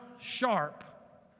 sharp